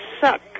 suck